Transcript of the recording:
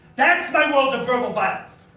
that's my world of verbal violence.